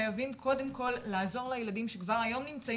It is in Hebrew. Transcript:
חייבים קודם כל לעזור לילדים שכבר היום נמצאים